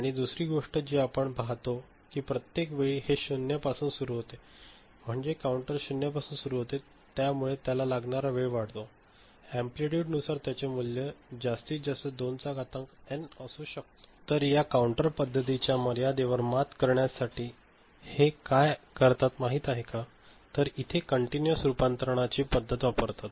आणि दुसरी गोष्ट जी आपण पाहतो की प्रत्येक वेळी हे 0 पासून सुरू होते म्हणजे काउंटर 0 पासून सुरु होतो त्यामुळे त्याला लागणारा वेळ वाढत जातो अँप्लिटयूड नुसार त्याचे मूल्य जास्तीत जास्त 2 चा घातांक एन असू शकते तर या कांउंटर पद्धतीच्या मर्यादेवर मात करण्यासाठी हे काय करतात माहित आहे का तर इथे कन्टीनुउस रूपांतराची पद्धत वापरतात